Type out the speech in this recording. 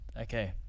Okay